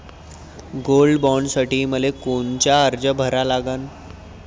Gold बॉण्डसाठी मले कोनचा अर्ज भरा लागन?